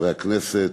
חברי הכנסת,